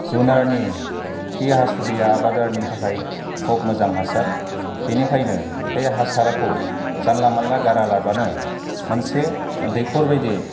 जुनारनि खि हासुदैया आबादारिनि थाखाय खब मोजां हासार बेनिखायनो बे हासारखौ जानला मोनला गारा लाबानो मोनसे दैखर बायदि